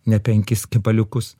ne penkis kepaliukus